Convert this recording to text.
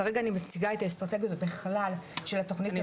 כרגע אני מציגה את האסטרטגיות בכלל של התוכנית הלאומית.